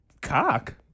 Cock